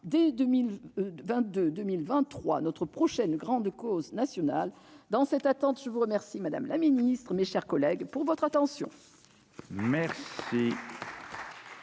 dès 2022 ou 2023 notre prochaine grande cause nationale. Dans cette attente, je vous remercie, madame la secrétaire d'État, mes chers collègues, de votre attention. La